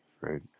right